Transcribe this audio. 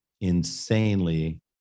insanely